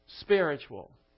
spiritual